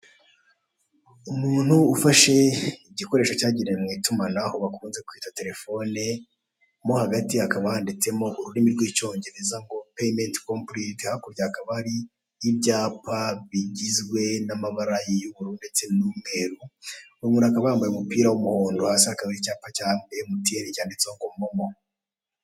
Umuntu ufashe ikigoresho cyagenewe mu itumanaho bakunze kwita terefone mo hagati hakaba handitsemo ururimi rw'icyongereza ngo payment complete hakurya hakaba hari ibyapa bigizwe n'amabara y'ubururu ndetse n'umweru uwo muntu akaba yambaye umupira w'umuhondo hasi hakaba hari icyapa cya MTN cyanditseho ngo MOMO.